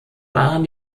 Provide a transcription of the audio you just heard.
waren